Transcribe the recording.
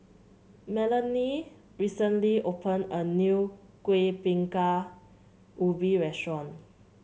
Melanie recently opened a new Kueh Bingka Ubi restaurant